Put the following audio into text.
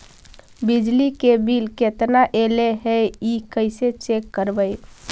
बिजली के बिल केतना ऐले हे इ कैसे चेक करबइ?